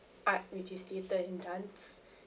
art which is theater and dance